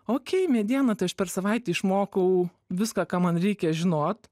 okei mediena tai aš per savaitę išmokau viską ką man reikia žinot